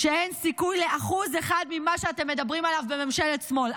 שאין סיכוי ל-1% ממה שאתם מדברים עליו בממשלת שמאל,